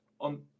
on